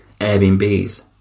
airbnbs